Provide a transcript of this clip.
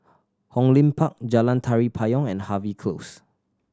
Hong Lim Park Jalan Tari Payong and Harvey Close